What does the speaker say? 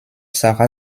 sara